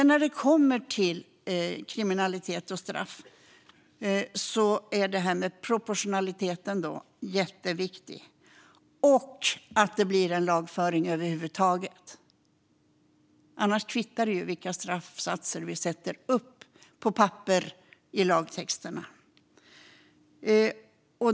När det gäller kriminalitet och straff är det här med proportionalitet jätteviktigt - det och att det blir en lagföring över huvud taget. Annars kvittar det ju vilka straffsatser vi sätter upp på papper i lagtexterna.